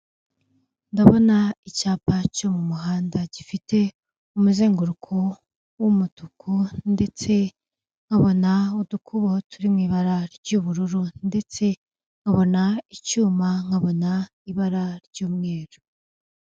Ndabona icyapa cyo mu muhanda gifite umuzenguruko w'umutuku ndetse nkabona udukuboho turi mu ibara ry'ubururu ndetse nkabona icyuma, nkabona ibara ry'umweru.